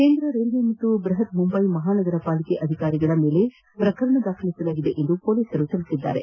ಕೇಂದ್ರ ರೈಲ್ವೇ ಮತ್ತು ಬೃಹತ್ ಮುಂಬೈ ಮಹಾನಗರ ಪಾಲಿಕೆ ಅಧಿಕಾರಿಗಳ ಮೇಲೆ ಪ್ರಕರಣ ದಾಖಲಿಸಲಾಗಿದೆ ಎಂದು ಪೋಲಿಸರು ಹೇಳಿದ್ದಾರೆ